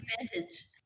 advantage